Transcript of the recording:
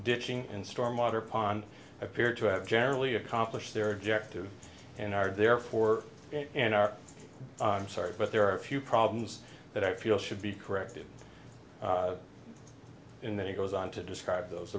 ditching and stormwater pond appear to have generally accomplished their objective and are there for an hour i'm sorry but there are a few problems that i feel should be corrected in that he goes on to describe those